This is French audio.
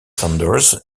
saunders